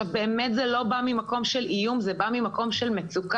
באמת זה לא בא ממקום של איום אלא זה בא ממקום של מצוקה.